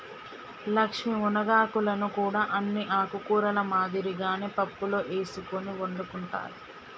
లక్ష్మీ మునగాకులను కూడా అన్ని ఆకుకూరల మాదిరిగానే పప్పులో ఎసుకొని వండుకుంటారు